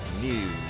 News